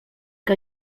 que